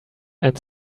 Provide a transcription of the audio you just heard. and